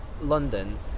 London